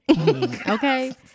okay